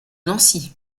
nancy